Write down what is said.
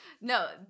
No